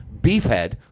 beefhead